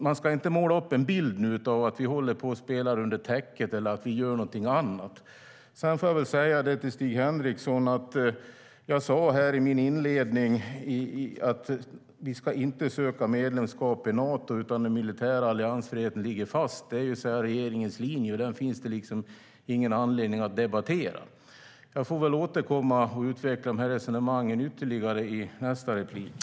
Man ska inte måla upp en bild av att vi spelar under täcket eller gör någonting annat. Sedan får jag säga till Stig Henriksson att jag i min inledning sa: Vi ska inte söka medlemskap i Nato, utan den militära alliansfriheten ligger fast. Det är regeringens linje, och den finns det liksom ingen anledning att debattera. Jag får väl återkomma och utveckla resonemangen ytterligare i mitt nästa anförande.